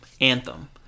Anthem